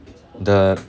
the